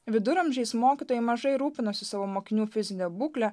viduramžiais mokytojai mažai rūpinosi savo mokinių fizine būkle